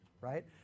right